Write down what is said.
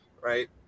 Right